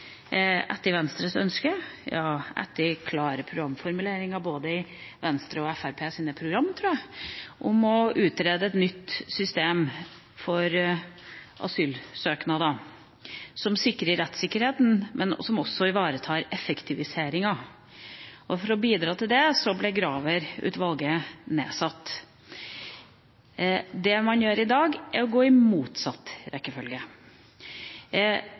etter Venstres ønske – ja, etter klare programformuleringer i både Venstres og Fremskrittspartiets program, tror jeg – om å utrede et nytt system for asylsøknader som sikrer rettssikkerheten, og som også ivaretar effektiviseringa. For å bidra til det ble Graver-utvalget nedsatt. Det man gjør i dag, er å ta det i motsatt rekkefølge.